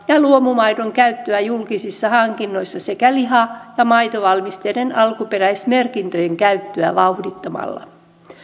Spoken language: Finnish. ja luomumaidon käyttöä julkisissa hankinnoissa sekä liha ja maitovalmisteiden alkuperäismerkintöjen käyttöä vauhdittamalla